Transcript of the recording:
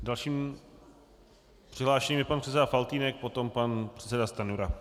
Dalším přihlášeným je pan předseda Faltýnek, potom pan předseda Stanjura.